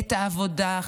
את העבודה,